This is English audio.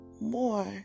more